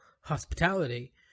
hospitality